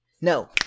No